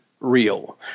real